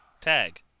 Tag